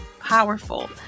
powerful